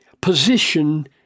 position